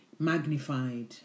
magnified